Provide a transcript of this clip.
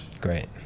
great